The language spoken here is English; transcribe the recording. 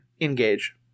Engage